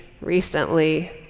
recently